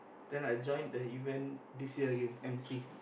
then I join the event this year again emcee